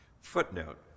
Footnote